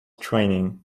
training